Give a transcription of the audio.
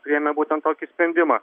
priėmė būtent tokį sprendimą